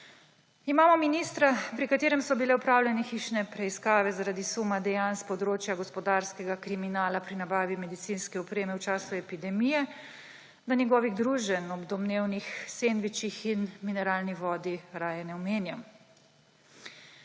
Imamo ministra, pri katerem so bile opravljene hišne preiskave zaradi suma dejanj s področja gospodarskega kriminala pri nabavi medicinske opreme v času epidemije. Da njegovih druženj ob domnevnih sendvičih in mineralni vodi raje ne omenjam.